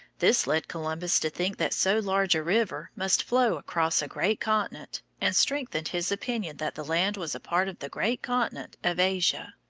this led columbus to think that so large a river must flow across a great continent, and strengthened his opinion that the land was a part of the great continent of asia.